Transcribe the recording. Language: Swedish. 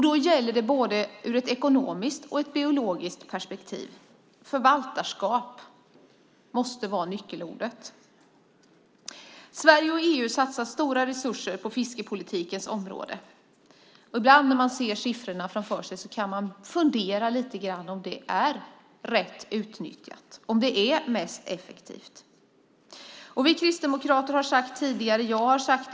Det gäller både ur ett ekonomiskt och ur ett biologiskt perspektiv. Förvaltarskap måste vara nyckelordet. Sverige och EU satsar stora resurser på fiskeripolitikens område. Ibland när man ser siffrorna kan man fundera på om det är det mest effektiva sättet att utnyttja resurserna.